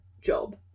job